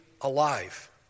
alive